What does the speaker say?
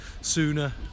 sooner